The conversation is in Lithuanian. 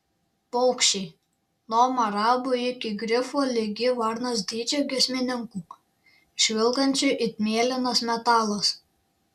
paukščiai nuo marabu ir grifų ligi varnos dydžio giesmininkų žvilgančių it mėlynas metalas